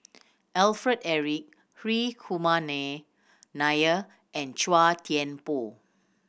Alfred Eric Hri Kumar Nair and Chua Thian Poh